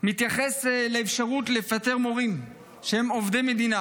מתייחס לאפשרות לפטר מורים שהם עובדי מדינה